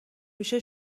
میشه